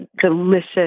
delicious